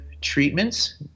treatments